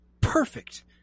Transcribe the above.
perfect